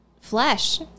flesh